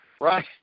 right